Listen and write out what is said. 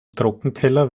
trockenkeller